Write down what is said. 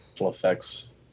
effects